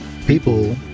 People